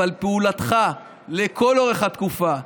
אבל פעולתך לכל אורך התקופה,